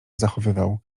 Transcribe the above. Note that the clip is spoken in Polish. zachowywał